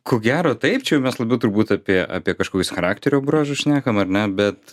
ko gero taip čia jau mes labiau turbūt apie apie kažkokius charakterio bruožus šnekam ar ne bet